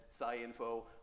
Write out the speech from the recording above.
SciInfo